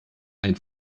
ein